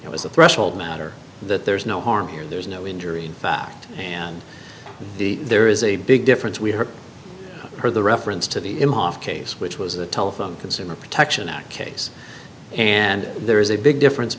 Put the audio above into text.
it was a threshold matter that there's no harm here there's no injury in fact and the there is a big difference we heard her the reference to the inhofe case which was the telephone consumer protection act case and there is a big difference